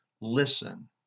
listen